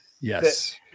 Yes